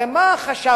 הרי מה חשבתם?